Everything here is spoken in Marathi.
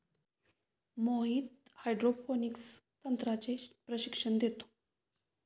मोहित हायड्रोपोनिक्स तंत्राचे प्रशिक्षण देतो